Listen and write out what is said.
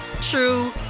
true